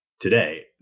today